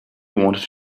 wanted